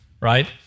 right